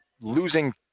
losing